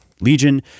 Legion